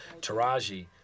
Taraji